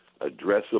addressable